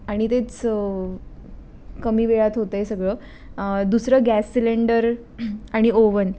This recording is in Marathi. आणि तेच कमी वेळात होत आहे सगळं दुसरं गॅस सिलेंडर आणि ओव्हन